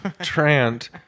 Trant